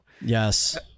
yes